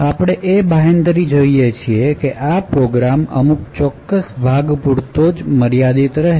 તો આપણે એ બાહેંધરી જોઈએ કે આ પ્રોગ્રામ અમુક ચોક્કસ ભાગ પૂરતો જ મર્યાદિત રહે